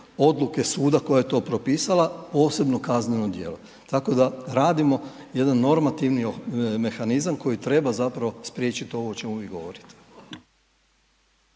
odluke suda koja je to propisala posebno kazneno djelo. Tako da radimo jedan normativni mehanizam koji treba spriječiti ovo o čemu vi govorite.